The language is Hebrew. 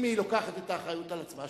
אם היא לוקחת את האחריות על עצמה,